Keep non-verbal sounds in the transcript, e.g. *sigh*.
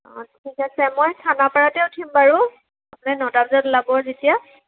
অঁ ঠিক আছে মই খানাপাৰাতে উঠিম বাৰু *unintelligible* নটা বজাত ওলাব যেতিয়া